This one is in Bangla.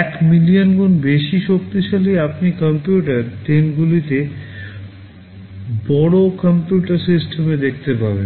1 মিলিয়ন গুণ বেশি শক্তিশালী আপনি বড় কম্পিউটার সিস্টেমে দেখতে পাবেন